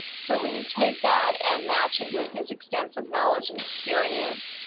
so when you take that and match it with his extensive knowledge and experience,